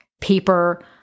paper